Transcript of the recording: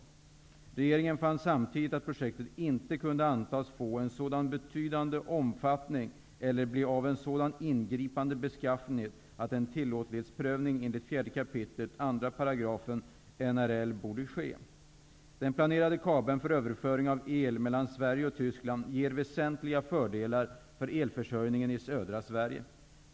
Regeringen fann samtidigt att projektet inte kunde antas få en sådan betydande omfattning, eller bli av en sådan ingripande beskaffenhet, att en tillåtlighetsprövning enligt 4 kap. 2 § NRL borde ske. Sverige och Tyskland ger väsentliga fördelar för elförsörjningen i södra Sverige.